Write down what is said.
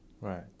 Right